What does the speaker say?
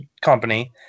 company